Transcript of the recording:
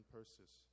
Persis